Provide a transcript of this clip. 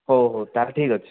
ହଉ ହଉ ତା'ହେଲେ ଠିକ୍ ଅଛି